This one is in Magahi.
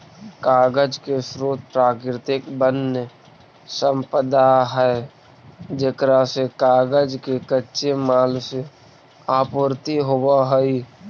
कागज के स्रोत प्राकृतिक वन्यसम्पदा है जेकरा से कागज के कच्चे माल के आपूर्ति होवऽ हई